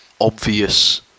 obvious